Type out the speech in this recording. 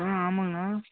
ஆ ஆமாங்கண்ணா